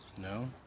no